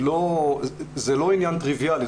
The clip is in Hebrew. זה לא עניין טריביאלי.